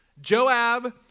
Joab